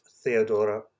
Theodora